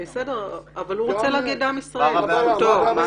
הוא רוצה להגיד "עם ישראל", זכותו.